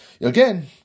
again